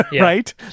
right